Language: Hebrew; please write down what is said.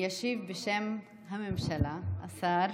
ישיב בשם הממשלה השר